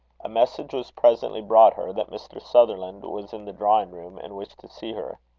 a message was presently brought her, that mr. sutherland was in the drawing-room, and wished to see her.